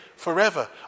forever